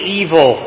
evil